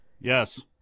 Yes